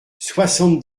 soixante